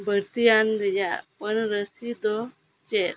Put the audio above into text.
ᱵᱟᱹᱲᱛᱤᱭᱟᱱ ᱨᱮᱱᱟᱜ ᱯᱟᱹᱱᱟᱹᱨᱥᱤ ᱫᱚ ᱪᱮᱫ